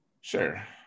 Sure